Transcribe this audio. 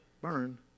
burn